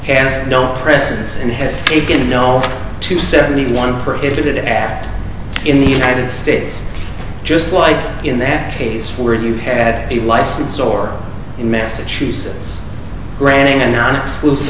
has no presence and has taken no two seventy one perpetrated act in the united states just like in that case where you had a license or in massachusetts granting a non exclusive